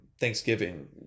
Thanksgiving